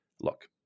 look